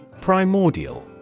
Primordial